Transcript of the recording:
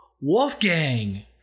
Wolfgang